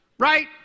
right